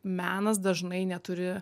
menas dažnai neturi